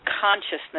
consciousness